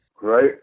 Right